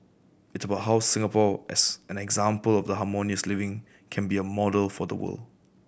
it's about how Singapore as an example of harmonious living can be a model for the world